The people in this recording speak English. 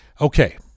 Okay